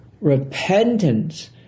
repentance